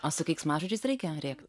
o su keiksmažodžiais reikia rėkt